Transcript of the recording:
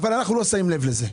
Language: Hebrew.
אבל אנחנו לא שמים לב לזה.